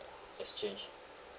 exchange